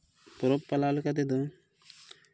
ᱯᱚᱨᱚᱵᱽ ᱯᱟᱞᱟᱣ ᱞᱮᱠᱟ ᱛᱮᱫᱚ